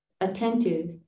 attentive